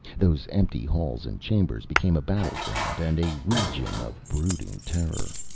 those empty halls and chambers became a battleground, and a region of brooding terror.